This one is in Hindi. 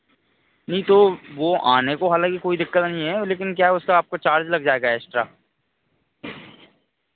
नहीं तो वह आने को हालाँकि कोई दिक्कत नहीं है लेकिन क्या है उसका आपको चार्ज लग जाएगा एक्स्ट्रा